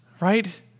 right